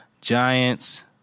Giants